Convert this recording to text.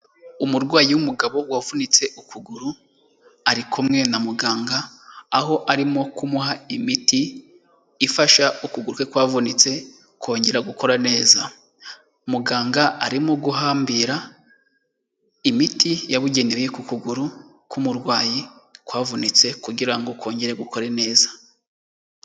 Umurwayi w'umugabo wavunitse ukuguru ari kumwe na muganga, aho arimo kumuha imiti ifasha ukuguru kwe kwavunitse kongera gukora neza, muganga arimo guhambira imiti yabugenewe ku kuguru k'umurwayi kwavunitse kugira ngo kongere gukore neza.